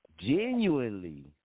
genuinely